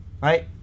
right